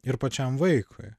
ir pačiam vaikui